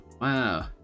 Wow